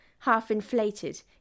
half-inflated